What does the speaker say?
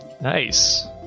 nice